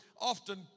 often